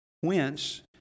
Whence